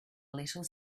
little